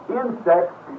insects